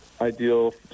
ideal